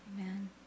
Amen